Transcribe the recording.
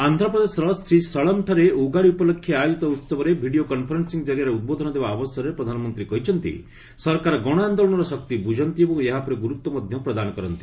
ଆନ୍ଧ୍ରପ୍ରଦେଶର ଶ୍ରୀଶୈଳମ୍ଠାରେ ଉଗାଦି ଉପଲକ୍ଷେ ଆୟୋଜିତ ଉସବରେ ଭିଡ଼ିଓ କନ୍ଫରେନ୍ସିଂ ଜରିଆରେ ଉଦ୍ବୋଧନ ଦେବା ଅବସରରେ ପ୍ରଧାନମନ୍ତ୍ରୀ କହିଛନ୍ତି ସରକାର ଗଣ ଆନ୍ଦୋଳନର ଶକ୍ତି ବୁଝନ୍ତି ଏବଂ ଏହା ଉପରେ ଗୁରୁତ୍ୱ ମଧ୍ୟ ପ୍ରଦାନ କରନ୍ତି